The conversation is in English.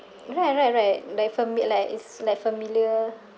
right right right like fami~ like it's like familiar